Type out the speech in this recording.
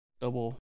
double